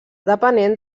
depenent